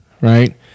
right